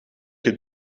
het